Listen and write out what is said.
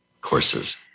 courses